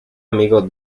amigo